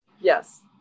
Yes